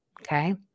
okay